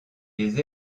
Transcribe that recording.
les